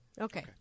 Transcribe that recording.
Okay